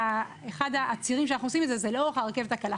שאחד הצירים שאנחנו עושים את זה זה לאורך הרכבת הקלה.